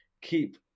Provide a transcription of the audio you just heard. keep